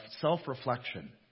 self-reflection